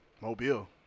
mobile